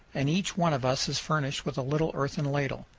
and each one of us is furnished with a little earthen ladle.